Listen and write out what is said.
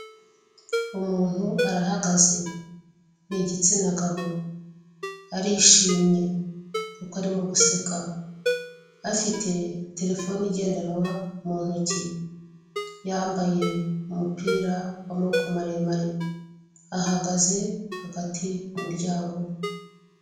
Umuntu arahagaze ni igitsina gabo, arishimye kuko arimo guseka afite terefone igendanwa mu ntoki, yambaye umupira w'amaboko maremare ahagaze hagati muryango we.